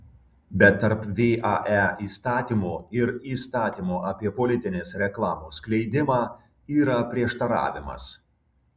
bet tarp vae įstatymo ir įstatymo apie politinės reklamos skleidimą yra prieštaravimas